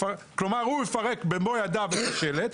כלומר הוא במו ידיו יפרק את השלט,